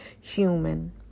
human